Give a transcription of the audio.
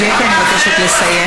הוא קבע שאסור, חבר הכנסת, נא לסיים.